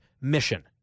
mission